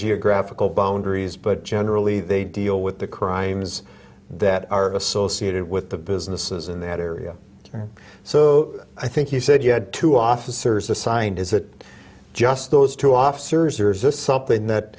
geographical boundaries but generally they deal with the crimes that are associated with the businesses in that area so i think you said you had two officers assigned is it just those two officers or is this something that